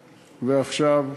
ועכשיו,